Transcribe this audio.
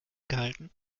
gehalten